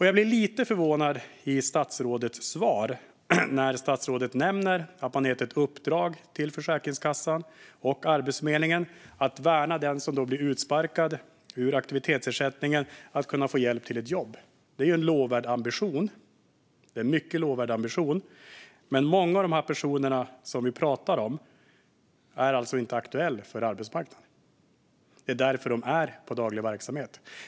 Jag blir lite förvånad över att statsrådet i sitt interpellationssvar nämner att man gett ett uppdrag till Försäkringskassan och Arbetsförmedlingen att värna dem som blir utsparkade ur aktivitetsersättningen. Det handlar om att kunna få hjälp till ett jobb. Det är en mycket lovvärd ambition, men många av de personer som vi pratar om är inte aktuella för arbetsmarknaden. Det är därför de är på daglig verksamhet.